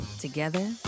Together